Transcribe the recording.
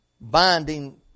binding